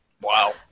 Wow